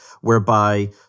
whereby